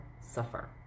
suffer